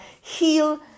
Heal